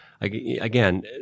again